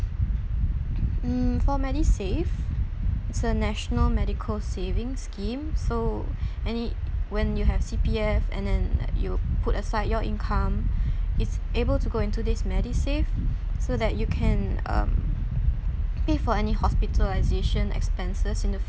mm for medisave it's a national medical savings scheme so any when you have C_P_F and then you put aside your income it's able to go into this medisave so that you can um pay for any hospitalisation expenses in the